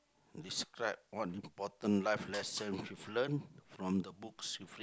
describe one important life lesson you've learnt from the books you